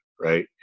right